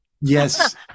Yes